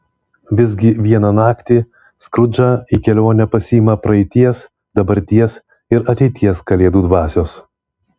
visgi vieną naktį skrudžą į kelionę pasiima praeities dabarties ir ateities kalėdų dvasios